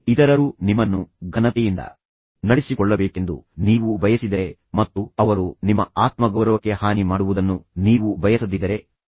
ಇತರರು ನಿಮ್ಮನ್ನು ಘನತೆಯಿಂದ ನಡೆಸಿಕೊಳ್ಳಬೇಕೆಂದು ನೀವು ಬಯಸಿದರೆ ಮತ್ತು ಅವರು ನಿಮ್ಮ ಆತ್ಮಗೌರವಕ್ಕೆ ಹಾನಿ ಮಾಡುವುದನ್ನು ನೀವು ಬಯಸದಿದ್ದರೆ ಇತರರಿಗೂ ಅದೇ ವಿಷಯವನ್ನು ನೀಡಿ